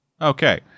okay